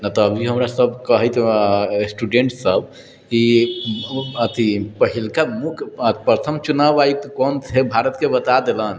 नहि तऽ अभी हमरा कहैत स्टुडेन्ट सभ कि अथि पहिलका मुख्य प्रथम चुनाव आयुक्त कोन थे भारतके बता देलनि